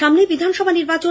সামনেই বিধানসভা নির্বাচন